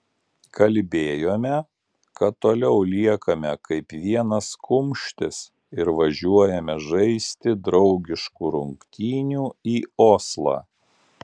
kalbėjome kad toliau liekame kaip vienas kumštis ir važiuojame žaisti draugiškų rungtynių į oslą